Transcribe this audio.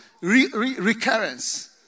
recurrence